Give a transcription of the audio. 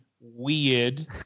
weird